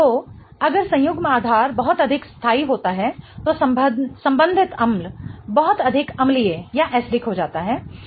तो अगर संयुग्म आधार बहुत अधिक स्थाई होता है तो संबंधित अम्ल बहुत अधिक अम्लीय हो जाता है